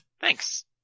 Thanks